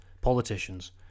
politicians